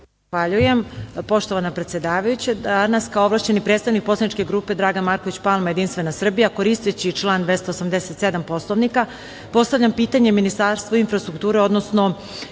Zahvaljujem. Poštovana predsedavajuća, danas kao ovlašćeni predstavnik poslaničke grupe Dragan Marković Palma – Jedinstvena Srbija koristiću član 287. Poslovnika. Postavljam pitanje Ministarstvu infrastrukture, odnosno